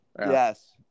Yes